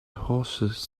horses